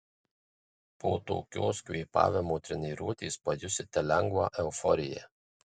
po tokios kvėpavimo treniruotės pajusite lengvą euforiją